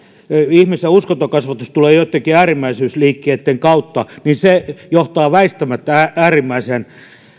ihmisten uskontokasvatus tulee joidenkin äärimmäisyysliikkeitten kautta niin se johtaa väistämättä äärimmäisen